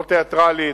לא תיאטרלית,